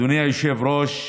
אדוני היושב-ראש,